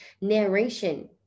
narration